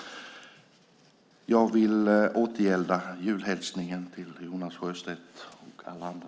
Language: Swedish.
Jag vill återgälda julhälsningen till Jonas Sjöstedt och alla andra.